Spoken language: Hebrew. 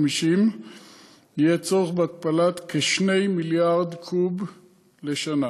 יהיה צורך בהתפלת כ-2 מיליארד קוב לשנה.